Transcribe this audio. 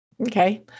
Okay